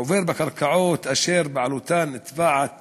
עובר בקרקעות אשר בעלותן נתבעת